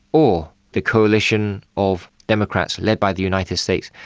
or the coalition of democrats led by the united states,